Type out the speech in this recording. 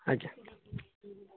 ଆଜ୍ଞା